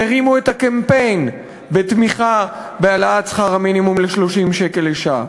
שהרימו את הקמפיין בתמיכה בהעלאת שכר המינימום ל-30 שקל לשעה.